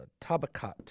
tabakat